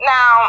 Now